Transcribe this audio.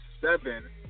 seven